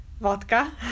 vodka